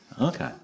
Okay